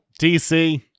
DC